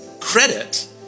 credit